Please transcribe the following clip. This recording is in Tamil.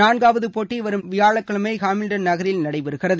நான்காவது போட்டி வரும் வியாழக்கிழமை ஹாமில்டன் நகரில் நடைபெறுகிறது